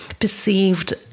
perceived